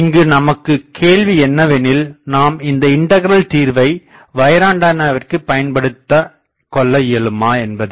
இங்கு நமக்குகேள்வி என்னவெனில் நாம் இந்த இண்டகிரல் தீர்வை வயர் ஆண்டனாவிற்குப் பயன்படுத்திக் கொள்ளஇயலுமா என்பதே